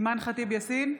אימאן ח'טיב יאסין,